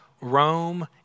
Rome